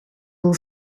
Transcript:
will